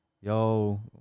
yo